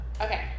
okay